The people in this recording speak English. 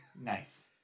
nice